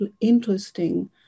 interesting